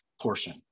portion